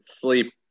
Sleep